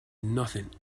nothing